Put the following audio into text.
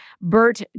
Bert